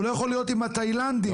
הוא לא יכול להיות עם התאילנדים.